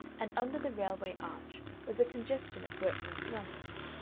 and under the railway arch was a congestion of workmen's dwellings.